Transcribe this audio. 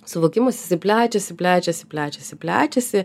suvokimas plečiasi plečiasi plečiasi plečiasi